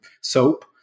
soap